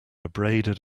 abraded